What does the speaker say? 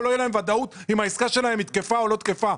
לא תהיה ודאות אם העסקה שלהם תקפה או לא תקפה.